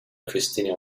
christina